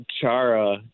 Chara